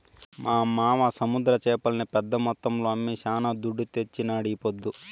మా మావ సముద్ర చేపల్ని పెద్ద మొత్తంలో అమ్మి శానా దుడ్డు తెచ్చినాడీపొద్దు